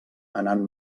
anant